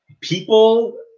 people